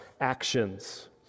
actions